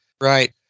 Right